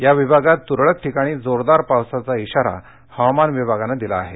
या विभागात तुरळक ठिकाणी जोरदार पावसाचा इशारा हवामान विभागानं दिला आहे